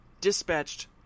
dispatched